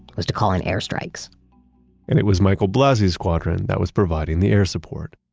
was to call in air strikes and it was michael blassi's squad that was providing the air support.